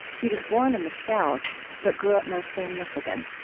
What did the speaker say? he was born in the south but grew up mostly in michigan